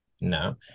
No